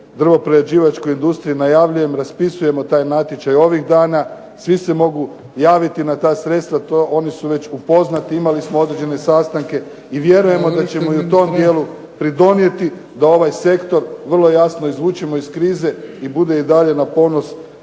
drvo-prerađivačkoj industriji najavljujem. Raspisujemo taj natječaj ovih dana. Svi se mogu javiti na ta sredstva, oni su već upoznati, imali smo određene sastanke i vjerujem da ćemo i u tom dijelu pridonijeti da ovaj sektor vrlo jasno izvučemo iz krize i bude i dalje na ponos